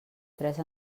tres